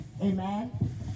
amen